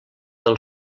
del